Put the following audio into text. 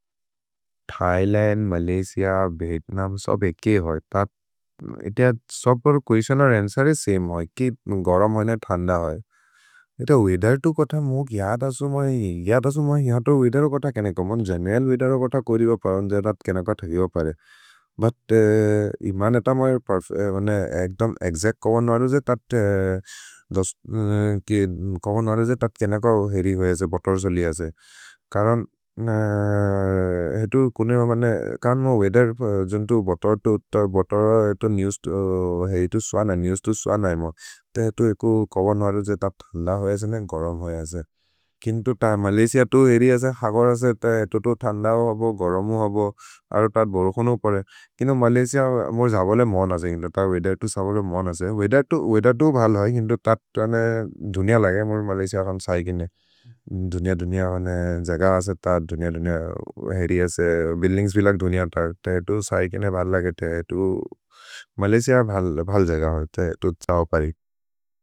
Thailand, Malaysia, Vietnam सब् एके होइ इते सबर् कुएस्तिओनर् अन्सरे सेम् होइ कि गरम् होइ न थन्द होइ इते वेअथेर् तु कोथ मु यद् असु। मय् यद् असु मय् यतो वेअथेर् रो कोथ केने चोम्मोन् गेनेरल् वेअथेर् रो कोथ कोरिबो परो ज तत् केन कोथ हिब परे। भुत् इमन् एत मय् एक्सच्त् कवन् वरु जे तत् केन कोथ हुरि होइ असे पतर् सो लि असे करन् म वेअथेर् जन्तो बतर् तु बतर् एतो नेव्स् तु स्वन नेव्स् तु स्वन इम। एतो एकु कवन् वरु जे तत् थन्द होइ असे ने गरम् होइ असे किन्तु मलय्सिअ तु हेरि असे हगर् असे एतो तु थन्द हो हबो गरम् हो हबो। किनो मलय्सिअ मोर् जहबले मोन् असे किन्तु त वेअथेर् तु जहबले मोन् असे वेअथेर् तु वेअथेर् तु भल् होइ। किन्तु धुनिअ लगे मलय्सिअ कोन् सैकेने धुनिअ धुनिअ जग असे धुनिअ धुनिअ हेरि असे बुइल्दिन्ग्स् बिलक् धुनिअ त एतो सैकेने भल् लगेते मलय्सिअ भल् जग होएते एतो त्सओ परेक्।